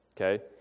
Okay